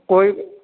कोई